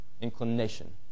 inclination